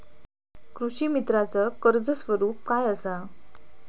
कृषीमित्राच कर्ज स्वरूप काय असा?